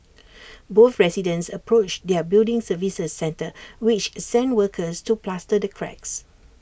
both residents approached their building services centre which sent workers to plaster the cracks